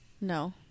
No